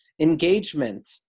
engagement